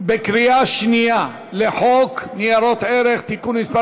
בקריאה שנייה, לחוק ניירות ערך (תיקון מס'